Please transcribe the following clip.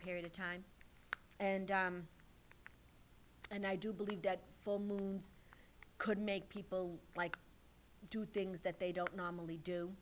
period of time and i do believe that full moon could make people like do things that they don't normally do